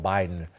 Biden